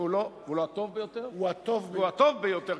הוא הטוב ביותר,